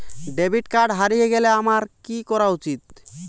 Debit card হারিয়ে গেলে আমার কি করা উচিৎ?